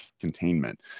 containment